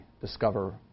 discover